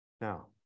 Now